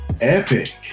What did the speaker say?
epic